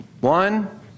One